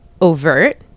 overt